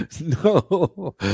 no